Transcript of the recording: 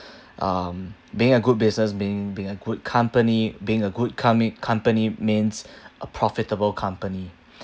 um being a good business being being a good company being a good com~ company means a profitable company